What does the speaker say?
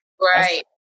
right